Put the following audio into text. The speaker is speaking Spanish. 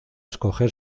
escoger